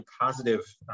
positive